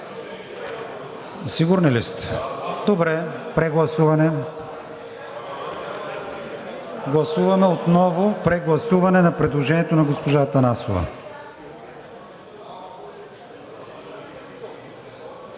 Сигурни ли сте? Добре. Прегласуване. Гласуваме отново. Прегласуваме предложението на госпожа Атанасова.